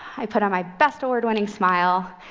i put on my best, award-winning smile,